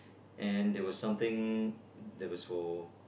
and they were something the was